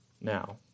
now